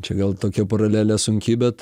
čia gal tokia paralelė sunki bet